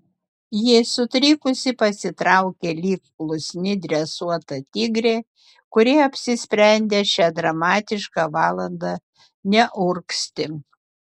ji sutrikusi pasitraukė lyg klusni dresuota tigrė kuri apsisprendė šią dramatišką valandą neurgzti